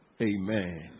Amen